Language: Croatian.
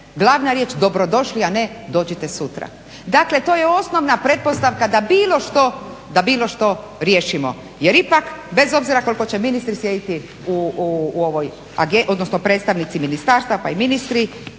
glavna riječ dobrodošli, a ne dođite sutra. Dakle, to je osnovna pretpostavka da bilo što riješimo. Jer ipak bez obzira koliko će ministara sjediti u ovoj agenciji, odnosno predstavnici ministarstava pa i ministri,